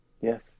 Yes